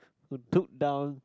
who took down